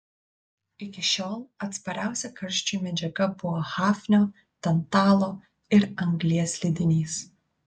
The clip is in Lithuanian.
iki šiol atspariausia karščiui medžiaga buvo hafnio tantalo ir anglies lydinys